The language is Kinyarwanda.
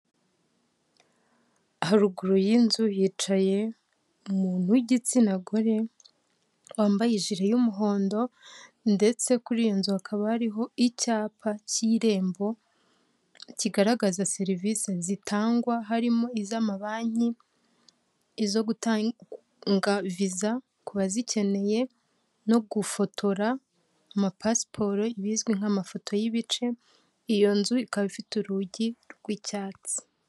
Haruguru y'inzu yicaye umuntu w'igitsina gore wambaye ijipo y'umuhondo ndetse kuri iyi nzu hakaba hariho icyapa cy'Irembo kigaragaza serivisi zitangwa harimo iz'amabanki, izo gutanga viza ku bazikeneye no gufotora ama pasiporo bizwi nk'amafoto y'ibice, iyo nzu ikaba ifite urugi rw'icyatsi.